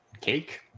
cake